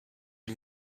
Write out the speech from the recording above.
die